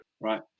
right